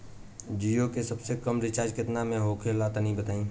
जीओ के सबसे कम रिचार्ज केतना के होला तनि बताई?